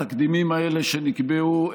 התקדימים האלה שנקבעו,